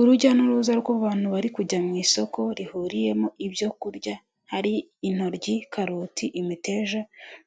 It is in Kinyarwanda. Urujya n'uruza rw'abantu bari kujya mu isoko rihuriyemo ibyo kurya hari intoryi, karoti, imiteja